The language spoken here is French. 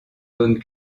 zones